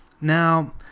Now